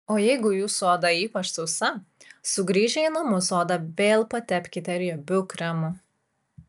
o jeigu jūsų oda ypač sausa sugrįžę į namus odą vėl patepkite riebiu kremu